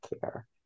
care